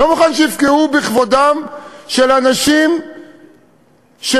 לא מוכן שיפגעו בכבודם של אנשים שנותנים